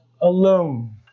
alone